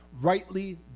rightly